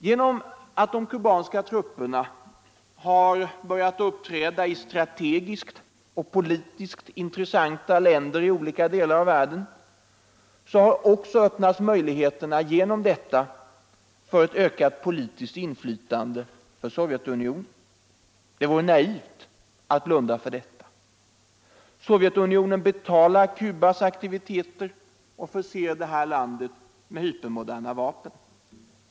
Genom att de kubanska trupperna har börjat uppträda i strategiskt och politiskt intressanta länder i olika delar av världen öppnas nu möjligheterna till ett ökat politiskt inflytande för Sovjetunionen. Det vore naivt att blunda för detta. Sovjetunionen betalar Cubas aktiviteter och förser detta land med hypermoderna vapen.